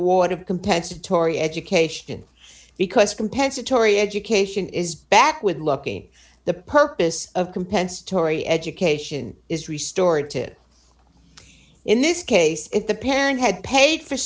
of compensatory education because compensatory education is back with looking the purpose of compensatory education is restored to it in this case if the parent had paid for